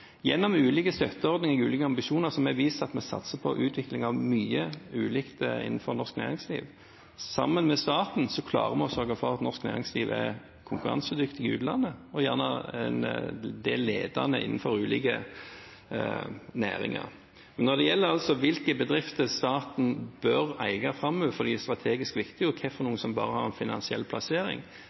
Gjennom ulike støtteordninger og ulike ambisjoner har vi vist at vi satser på utvikling av mye ulikt innenfor norsk næringsliv. Sammen med staten klarer vi å sørge for at norsk næringsliv er konkurransedyktig i utlandet, en del av dem også ledende innenfor ulike næringer. Men når det gjelder hvilke bedrifter staten bør eie framover fordi det er strategisk viktig, og hvilke som bare har en finansiell plassering,